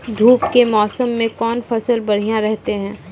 धूप के मौसम मे कौन फसल बढ़िया रहतै हैं?